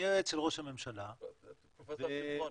אני היועץ של ראש הממשלה ו --- פרופ' שמחון,